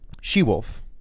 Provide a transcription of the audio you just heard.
She-Wolf